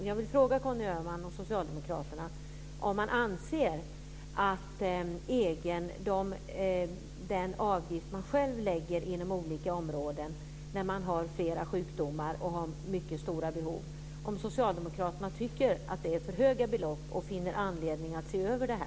Jag vill fråga Conny Öhman och socialdemokraterna om de anser att de avgifter man själv lägger inom olika områden när man har flera sjukdomar och mycket stora behov är för höga och finner anledning att se över detta.